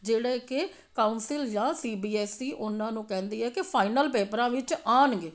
ਜਿਹੜੇ ਕਿ ਕਾਊਂਸਿਲ ਜਾਂ ਸੀ ਬੀ ਐੱਸ ਈ ਉਹਨਾਂ ਨੂੰ ਕਹਿੰਦੀ ਹੈ ਕਿ ਫਾਈਨਲ ਪੇਪਰਾਂ ਵਿੱਚ ਆਉਣਗੇ